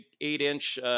eight-inch